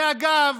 זה, אגב,